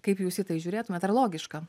kaip jūs į tai žiūrėtumėt ar logiška